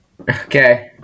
Okay